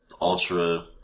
ultra